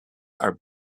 are